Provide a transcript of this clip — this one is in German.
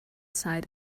zeit